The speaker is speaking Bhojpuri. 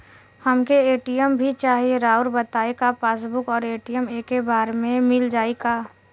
हमके ए.टी.एम भी चाही राउर बताई का पासबुक और ए.टी.एम एके बार में मील जाई का?